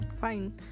fine